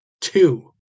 two